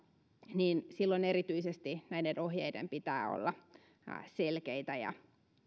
niin silloin erityisesti näiden ohjeiden pitää olla selkeitä ja